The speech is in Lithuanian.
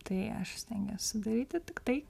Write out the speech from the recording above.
tai aš stengiuosi daryti tik tai